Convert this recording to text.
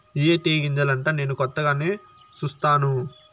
ఇయ్యే టీ గింజలంటా నేను కొత్తగానే సుస్తాను